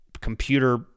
computer